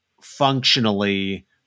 functionally